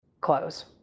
close